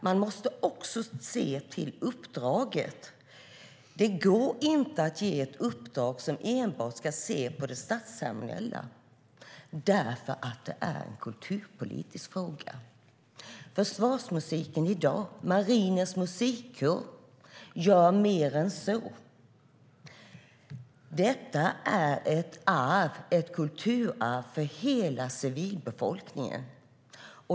Man måste också se över uppdraget. Det går inte att ge ett uppdrag som innebär att man enbart ska se på det statsceremoniella eftersom det är en kulturpolitisk fråga. Försvarsmusiken i dag, Marinens Musikkår, gör mer än så. Detta är ett kulturarv för hela civilbefolkningen.